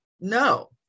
No